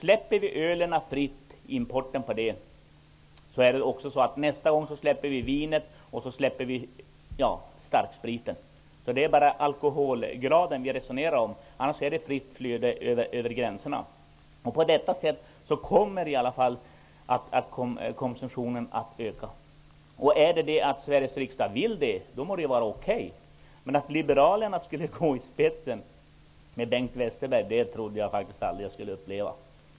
Släpper vi importen av starköl fri, kommer vi nästa gång att släppa vinet och därefter starkspriten fria. Vi resonerar nu bara om alkoholstyrkan, men det är fråga om ett fritt flöde över gränserna, och på detta sätt kommer konsumtionen att öka. Vill Sveriges riksdag detta, må det vara okej, men att liberalernas Bengt Westerberg skulle gå i spetsen för en sådan utveckling trodde jag att jag aldrig skulle få uppleva.